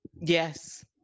Yes